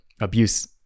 abuse